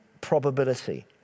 probability